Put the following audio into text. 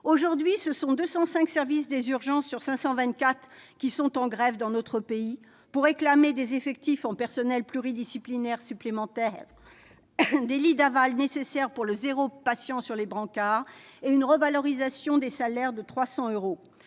Aujourd'hui, ce sont 205 services des urgences sur 524 qui sont en grève dans notre pays pour réclamer des effectifs en personnels pluridisciplinaires supplémentaires, des lits d'aval nécessaires pour atteindre l'objectif « zéro patient sur les brancards » et une revalorisation des salaires de 300 euros.